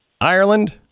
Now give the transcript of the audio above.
Ireland